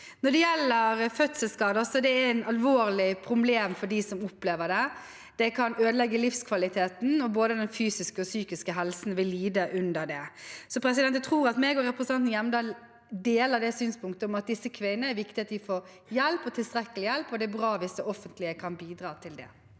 Når det gjelder fødselsskader, er det et alvorlig problem for dem som opplever det. Det kan ødelegge livskvaliteten, og både den fysiske og psykiske helsen vil lide under det. Jeg tror at jeg og representanten Hjemdal deler det synspunktet at det er viktig at disse kvinnene får hjelp, tilstrekkelig hjelp, og at det er bra hvis det offentlige kan bidra til det.